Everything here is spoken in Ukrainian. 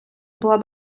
була